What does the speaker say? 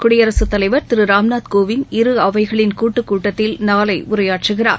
குடியரசுத் தலைவர் திரு ராம்நாத் கோவிந்த் இரு அவைகளின் கூட்டுக் கூட்டத்தில் நாளை உரையாற்றுகிறார்